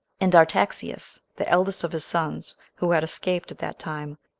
and artaxias, the eldest of his sons, who had escaped at that time,